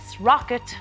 rocket